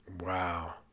Wow